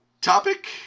topic